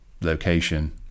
location